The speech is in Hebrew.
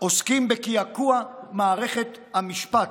עוסקים בקעקוע מערכת המשפט.